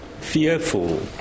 fearful